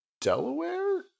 Delaware